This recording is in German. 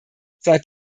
seit